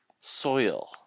soil